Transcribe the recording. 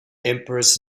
empress